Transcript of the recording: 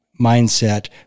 mindset